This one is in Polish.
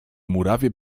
murawie